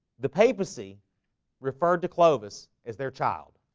the papacy referred to clovis as their child